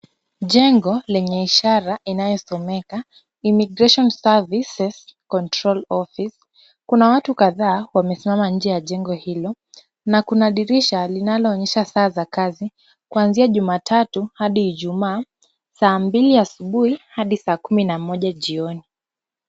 Jengo lenye ishara inayosomeka inituation services control offices . Kuna watu kadhaa wamesimama nje ya jengo hilo na kuna dirisha linaloonyesha saa za kazi kuanzia Jumatatu hadi Ijumaa saa mbili asubuhi hadi saa kumi na moja jioni.